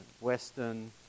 Western